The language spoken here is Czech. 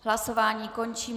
Hlasování končím.